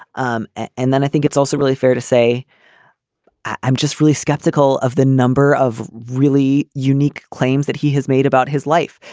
um and then i think it's also really fair to say i'm just really skeptical of the number of really unique claims that he has made about his life.